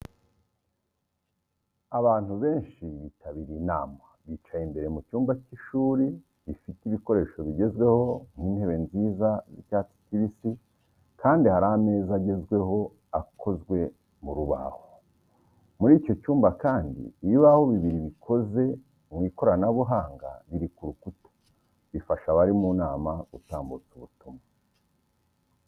Abantu benshi bitabiriye inama, bicaye imbere mu cyumba cy’ishuri gifite ibikoresho bigezweho nk'intebe nziza z'icyatsi kibisi kandi hari ameza agezweho akoze mu rubaho. Muri icyo cyumba kandi ibibaho bibiri bikoze mu ikoranabuhanga biri ku rukuta bifasha abari mu nama gutambutsa ubutumwa.